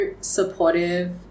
supportive